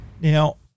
now